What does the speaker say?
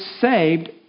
saved